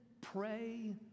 pray